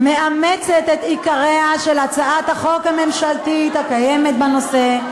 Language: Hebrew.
מאמצת את עיקריה של הצעת החוק הממשלתית הקיימת בנושא,